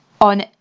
on